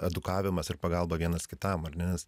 edukavimas ir pagalba vienas kitam ar ne nes